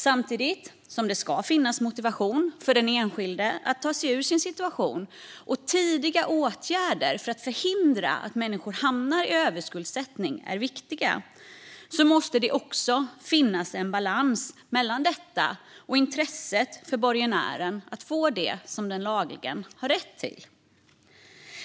Samtidigt som det ska finnas motivation för den enskilde att ta sig ur sin situation, och samtidigt som tidiga åtgärder för att förhindra att människor hamnar i överskuldsättning är viktiga, måste det också finnas en balans mellan detta och intresset för borgenären att få det som den har laglig rätt till.